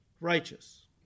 righteous